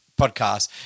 podcast